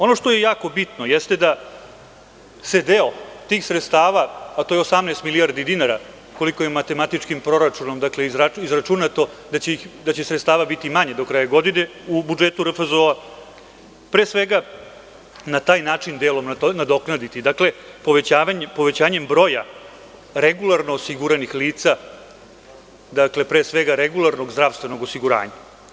Ono što je jako bitno jeste da se deo tih sredstava, to je 18 milijardi dinara, koliko je matematičkim proračunom izračunato da će sredstava biti manje do kraja godine u budžetu RFZO, pre svega na taj način delom nadoknaditi povećanjem broja regularno osiguranih lica, pre svega regularnog zdravstvenog osiguranja.